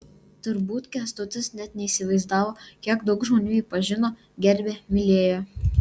turbūt kęstutis net neįsivaizdavo kiek daug žmonių jį pažino gerbė mylėjo